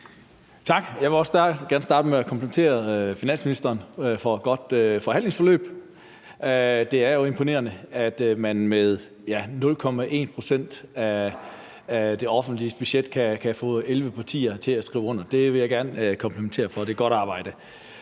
Tak. Jeg vil også gerne starte med at komplimentere finansministeren for et godt forhandlingsforløb. Det er jo imponerende, at man med 0,1 pct. af det offentlige budget kan få 11 partier til at skrive under. Det vil jeg gerne komplimentere ministeren for. Det er godt arbejde.